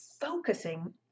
focusing